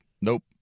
nope